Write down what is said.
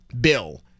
bill